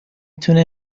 تونه